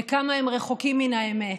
וכמה הם רחוקים מן האמת.